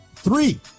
Three